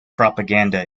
propaganda